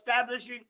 establishing